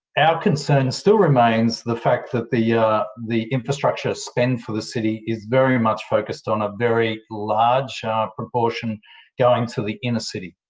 our concern still remains the fact that the yeah the infrastructure spend for the city is very much focused on a very large proportion going to the inner city.